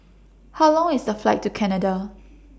How Long IS The Flight to Canada